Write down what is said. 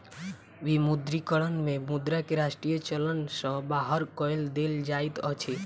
विमुद्रीकरण में मुद्रा के राष्ट्रीय चलन सॅ बाहर कय देल जाइत अछि